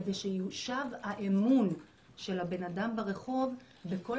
כדי שיושב האמון של הבן אדם ברחוב בכל